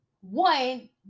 one